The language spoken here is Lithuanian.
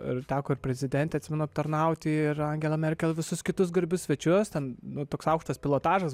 ir teko ir prezidentę atsimenu aptarnauti ir angela merkel visus kitus garbius svečius ten nu toks aukštas pilotažas